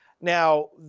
Now